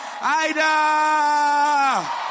Ida